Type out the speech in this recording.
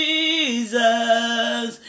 Jesus